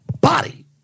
body